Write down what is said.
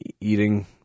eating